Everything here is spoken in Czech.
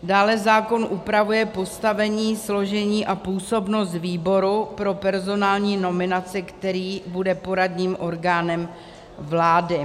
Dále zákon upravuje postavení, složení a působnost výboru pro personální nominaci, který bude poradním orgánem vlády.